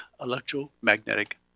electromagnetic